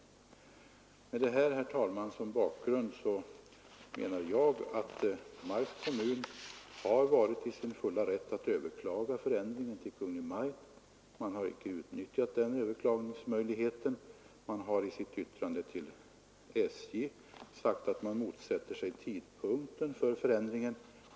Mot denna bakgrund, herr talman, menar jag att Marks kommun har varit i sin fulla rätt att överklaga förändringen hos Kungl. Maj:t. Kommunen har inte utnyttjat den överklagningsmöjligheten. Man har i sitt yttrande till SJ sagt att man motsätter sig tidpunkten för förändringen.